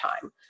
time